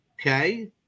Okay